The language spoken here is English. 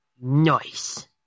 Nice